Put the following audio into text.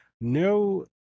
no